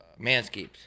Manscaped